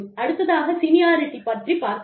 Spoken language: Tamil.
அடுத்ததாக சீனியாரிட்டி பற்றி பார்க்கலாம்